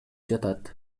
жатат